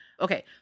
Okay